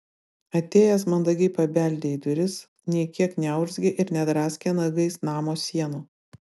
atėjęs mandagiai pabeldė į duris nė kiek neurzgė ir nedraskė nagais namo sienų